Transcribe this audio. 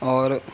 اور